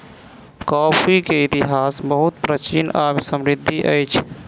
coffee के इतिहास बहुत प्राचीन आ समृद्धि अछि